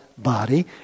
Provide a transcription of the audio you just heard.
body